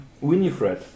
Winifred